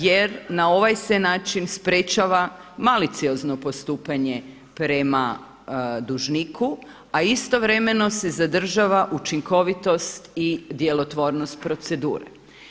Jer na ovaj se način sprečava maliciozno postupanje prema dužniku, a istovremeno se zadržava učinkovitost i djelotvornost procedure.